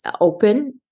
open